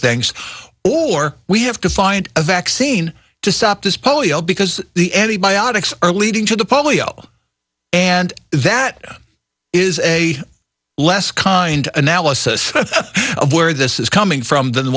things or we have to find a vaccine to stop this polio because the n t biopics are leading to the public and that is a less kind analysis of where this is coming from th